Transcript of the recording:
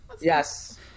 yes